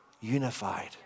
unified